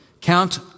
Count